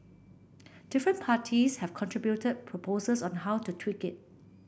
different parties have contributed proposals on how to tweak it